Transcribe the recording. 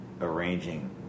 arranging